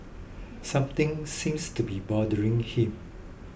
something seems to be bothering him